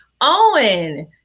Owen